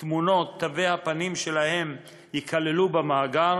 תמונות תווי הפנים שלהם ייכללו במאגר